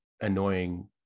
annoying